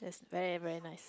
very very nice